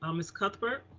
um ms. cuthbert.